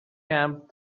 camp